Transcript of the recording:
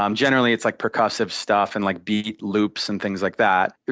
um generally, it's like percussive stuff and like beat, loops, and things like that.